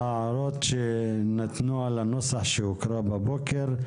-- ההערות שנתנו על הנוסח שהוקרא בבוקר,